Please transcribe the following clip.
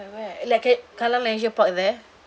at where like k~ kallang leisure park there